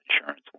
insurance